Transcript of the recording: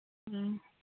ꯎꯝ